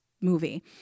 movie